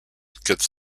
quatre